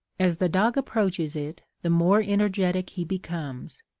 as the dog approaches it, the more energetic he becomes.